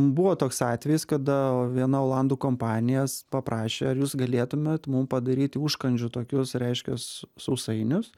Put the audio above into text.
buvo toks atvejis kada viena olandų kompanija paprašė ar jūs galėtumėt mum padaryti užkandžių tokius reiškias sausainius